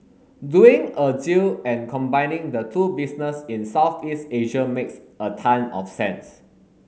doing a deal and combining the two business in Southeast Asia makes a ton of sense